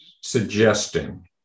suggesting